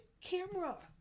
camera